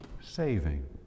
saving